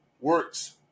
works